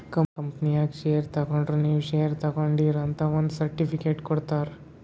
ಕಂಪನಿನಾಗ್ ಶೇರ್ ತಗೊಂಡುರ್ ನೀವೂ ಶೇರ್ ತಗೊಂಡೀರ್ ಅಂತ್ ಒಂದ್ ಸರ್ಟಿಫಿಕೇಟ್ ಕೊಡ್ತಾರ್